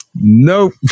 Nope